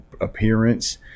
appearance